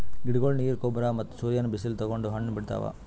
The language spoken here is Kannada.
ಗಿಡಗೊಳ್ ನೀರ್, ಗೊಬ್ಬರ್ ಮತ್ತ್ ಸೂರ್ಯನ್ ಬಿಸಿಲ್ ತಗೊಂಡ್ ಹಣ್ಣ್ ಬಿಡ್ತಾವ್